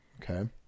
Okay